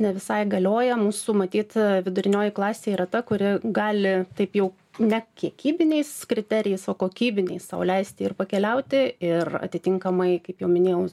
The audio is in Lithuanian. ne visai galioja mūsų matyt vidurinioji klasė yra ta kuri gali taip jau ne kiekybiniais kriterijais o kokybiniais sau leisti ir pakeliauti ir atitinkamai kaip jau minėjau